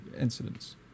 incidents